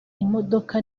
imodoka